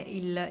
il